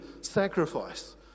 sacrifice